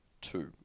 Two